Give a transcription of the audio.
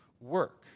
work